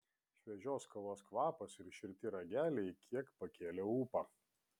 šviežios kavos kvapas ir šilti rageliai kiek pakėlė ūpą